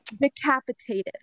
decapitated